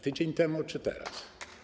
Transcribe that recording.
Tydzień temu czy teraz?